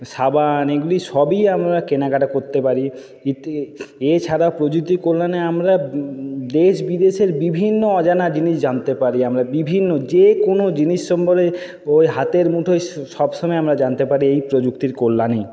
সাবান এগুলি সবই আমরা কেনাকাটা করতে পারি ইতি এছাড়ায় প্রযুক্তির কল্যাণে আমরা দেশ বিদেশের বিভিন্ন অজানা জিনিস জানতে পারি আমরা বিভিন্ন যে কোনো জিনিস ওই হাতের মুঠোয় সবসময় আমরা জানতে পারি এই প্রযুক্তির কল্যাণেই